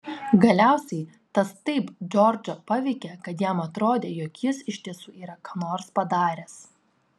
galiausiai tas taip džordžą paveikė kad jam atrodė jog jis iš tiesų yra ką nors padaręs